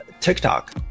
TikTok